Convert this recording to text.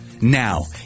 Now